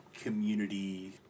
community